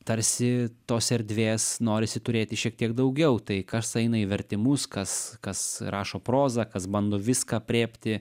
tarsi tos erdvės norisi turėti šiek tiek daugiau tai kas eina į vertimus kas kas rašo prozą kas bando viską aprėpti